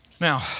Now